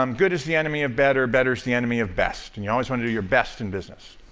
um good is the enemy of better, better is the enemy of best, and you always want to do your best in business.